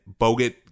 Bogut